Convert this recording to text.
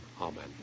amen